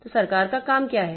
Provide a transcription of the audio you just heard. तो सरकार का काम क्या है